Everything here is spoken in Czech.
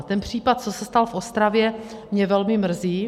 Ten případ, co se stal v Ostravě, mě velmi mrzí.